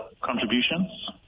contributions